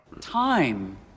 Time